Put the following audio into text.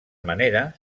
manera